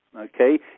Okay